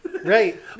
Right